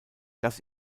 das